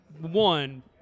one